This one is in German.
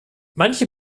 manche